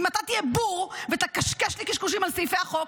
אם אתה תהיה בור ותקשקש לי קשקושים על סעיפי החוק,